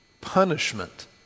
Punishment